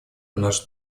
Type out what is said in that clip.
наш